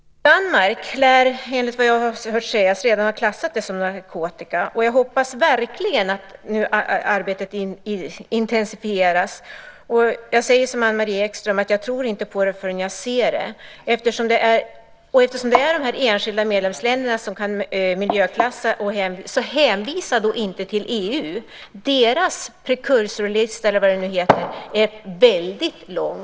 Danmark lär enligt vad jag har hört sägas redan ha klassat det som narkotika. Jag hoppas verkligen att arbetet nu intensifieras. Jag säger som Anne-Marie Ekström: Jag tror inte på det förrän jag ser det. Och eftersom det är de enskilda medlemsländerna som kan miljöklassa så hänvisa inte till EU! Deras precursorlista eller vad det nu heter är väldigt lång.